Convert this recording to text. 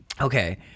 Okay